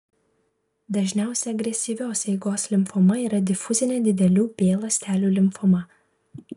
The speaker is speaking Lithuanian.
dažniausia agresyvios eigos limfoma yra difuzinė didelių b ląstelių limfoma